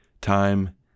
time